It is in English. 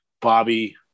Bobby